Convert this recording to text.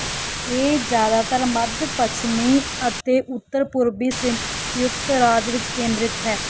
ਇ ਇਹ ਜ਼ਿਆਦਾਤਰ ਮੱਧ ਪੱਛਮੀ ਅਤੇ ਉੱਤਰ ਪੂਰਬੀ ਸੰ ਸੰਯੁਕਤ ਰਾਜ ਵਿੱਚ ਕੇਂਦਰਿਤ ਹੈ